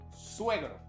Suegro